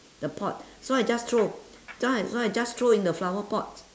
the pot so I just throw just I throw I just throw in the flower pot